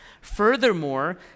Furthermore